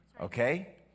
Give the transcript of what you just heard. okay